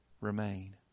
remain